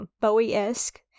Bowie-esque